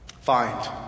Find